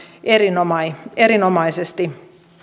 erinomaisesti